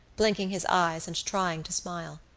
blinking his eyes and trying to smile.